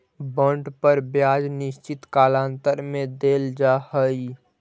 bond पर ब्याज निश्चित कालांतर में देल जा हई